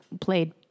played